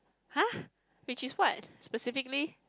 !huh! which is what specifically